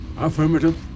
Affirmative